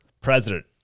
president